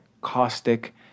caustic